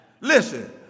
Listen